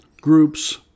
groups